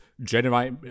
generate